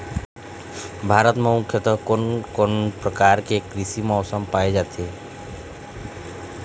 भारत म मुख्यतः कोन कौन प्रकार के कृषि मौसम पाए जाथे?